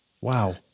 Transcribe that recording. Wow